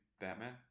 batman